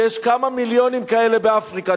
יש כמה מיליונים כאלה באפריקה.